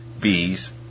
Bees